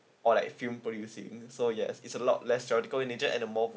or like film producing so yes it's a lot less in nature and the more